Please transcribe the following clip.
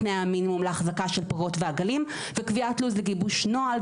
תנאי המינימום להחזקה של פרות ועגלים וקביעת לו"ז לגיבוש נוהל,